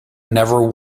never